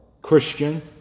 Christian